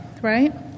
right